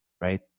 Right